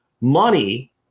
money